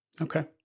Okay